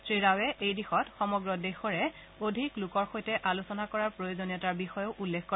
শ্ৰীৰাওৱে এই দিশত সমগ্ৰ দেশৰে অধিক লোকৰ সৈতে আলোচনা কৰাৰ প্ৰয়োজনীয়তাৰ বিষয়েও উল্লেখ কৰে